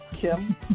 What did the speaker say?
Kim